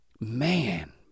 man